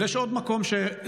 אבל יש עוד מקום שסופג: